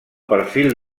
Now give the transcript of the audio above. perfil